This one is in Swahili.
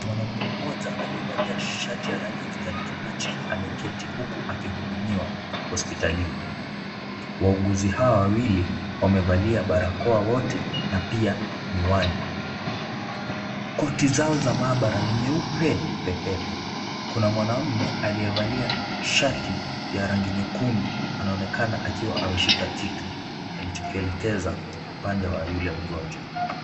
Mwanaume mmoja aliyevalia shati ya rangi ya kijani kibichi ameketi huku akihudumiwa hospitalini. Wauguzi hawa wawili wamevalia barakoa wote na pia miwani. Koti zao za maabara ni nyeupe pepepe. Kuna mwanaume aliyevalia shati ya rangi nyekundu anaonekana akiwa ameshika kitu alichokielekeza upande wa yule mgonjwa.